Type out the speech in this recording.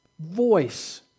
voice